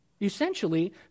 Essentially